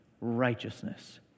righteousness